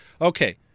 okay